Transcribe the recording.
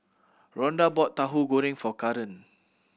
Ronda brought Tahu Goreng for Karan